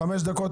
דקות,